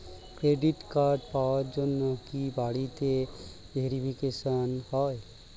Credit card পাওয়ার জন্য কি বাড়িতে ভেরিফিকেশন হয়?